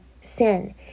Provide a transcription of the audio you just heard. sin